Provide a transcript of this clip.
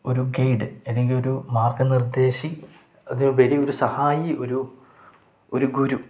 ഒരു ഗൈ്ഡ് അല്ലെങ്കിൽ ഒരു മാർഗ്ഗ നിർദ്ദേശി അതിൽ വലിയ ഒരു സഹായി ഒരു ഒരു ഗുരു